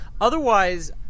otherwise